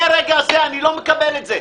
מרגע זה לא אקבל את זה.